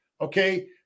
Okay